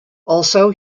also